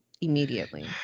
immediately